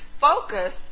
focus